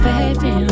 Baby